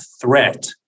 threat